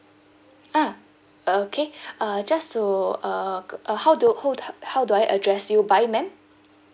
ah okay uh just to err uh how do hol~ how do I address you by ma'am